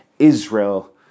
Israel